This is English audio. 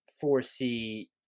foresee